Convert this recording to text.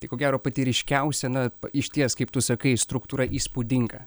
tai ko gero pati ryškiausia na išties kaip tu sakai struktūra įspūdinga